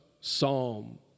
Psalm